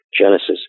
Genesis